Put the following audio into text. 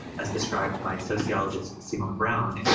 as described by sociologist, simone browne.